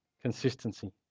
consistency